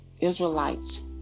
Israelites